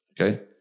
Okay